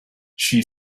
she